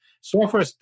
software